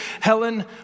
Helen